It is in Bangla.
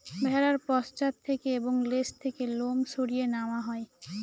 ভেড়ার পশ্চাৎ থেকে এবং লেজ থেকে লোম সরিয়ে নেওয়া হয়